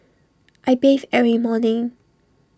I bathe every morning